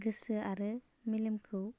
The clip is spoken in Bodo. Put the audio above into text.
गोसो आरो मेलेमखौ